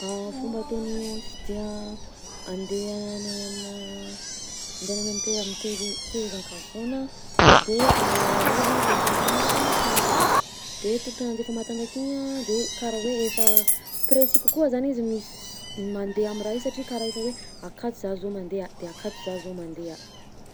Fomba ataon'ny osidia handehananany any aminà andehanany any amy teha- teri- tehezan-kavoana de izy alongany tongotra ananjy efa matanjaka, de tongotra ananjy efa matanjaka igny a de karaha hoe efa précis kokoa zany izy mis- mandeha amy raha io satria karaha efa hoe akato za zao mandeha de akato za zao mandeha.